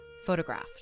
Photographed